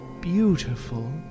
beautiful